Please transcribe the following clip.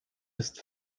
ist